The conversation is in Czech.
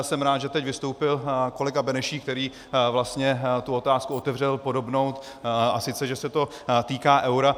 Jsem rád, že teď vystoupil kolega Benešík, který vlastně tu otázku otevřel podobnou, a sice že se to týká eura.